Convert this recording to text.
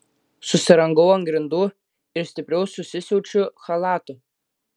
susirangau ant grindų ir stipriau susisiaučiu chalatu